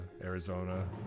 Arizona